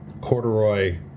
corduroy